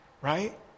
right